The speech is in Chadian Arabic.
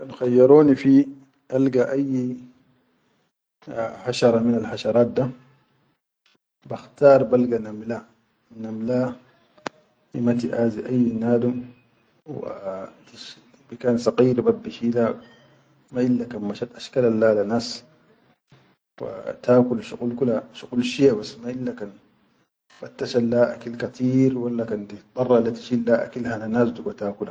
Kan khayyaroni alga fi ayyi hashara minal hasharat da, bakhtar balga namla, namla hima tiʼazi ayyi nadum wa bikan sakayyir bi shila ma ille kan mashat ashqalal le ha le nas wa ta kul shuqul kula shuqul shiya bas ma ille kan fattashan leha akil kateer walla kan tildarra le tishilleha akil hana nas digo takula.